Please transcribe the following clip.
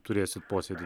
turėsit posėdį